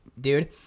Dude